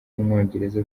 umwongereza